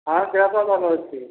ହଁ ଦେହ ପା ଭଲ ଅଛି